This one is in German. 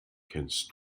kennst